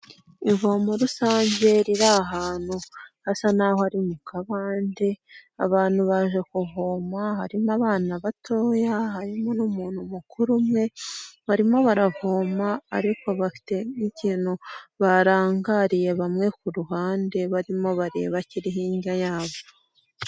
Ivomo rusange riri ahantu hasa n'aho ari mu kabande abantu baje kuvoma harimo abana bato, harimo n'umuntu mukuru umwe barimo baravoma ariko bafite n'ikintu barangariye bamwe ku ruhande barimo bareba kiri hirya yabo.